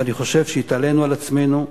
ואני חושב שהתעלינו על עצמנו,